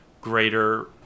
greater